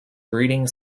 breeding